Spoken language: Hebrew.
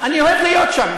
אני אוהב להיות שם.